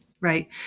Right